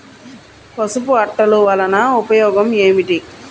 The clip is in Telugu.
పసుపు అట్టలు వలన ఉపయోగం ఏమిటి?